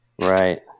Right